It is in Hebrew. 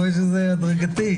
רמה 1 זה רמת ביטחון נמוכה,